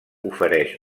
ofereix